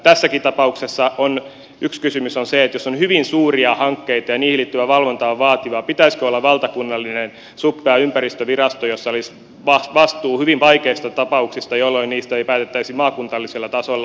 tässäkin tapauksessa yksi kysymys on se että jos on hyvin suuria hankkeita ja niihin liittyvä valvonta on vaativaa pitäisikö olla valtakunnallinen suppea ympäristövirasto jossa olisi vastuu hyvin vaikeista tapauksista jolloin niistä ei päätettäisi maakunnallisella tasolla